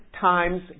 times